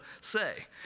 say